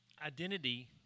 Identity